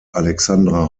alexandra